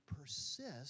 persist